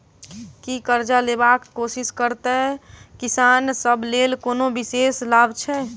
की करजा लेबाक कोशिश करैत किसान सब लेल कोनो विशेष लाभ छै?